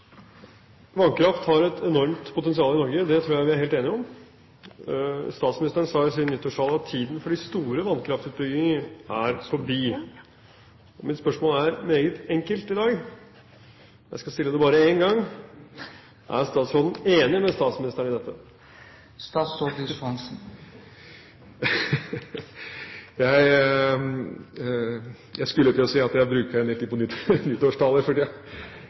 helt enige om. Statsministeren sa i sin nyttårstale at «tiden for de store vannkraftutbyggingene er forbi». Mitt spørsmål er meget enkelt i dag – jeg skal stille det bare én gang: Er statsråden enig med statsministeren i dette? Jeg skulle til å si at jeg bruker en del tid på nyttårstaler for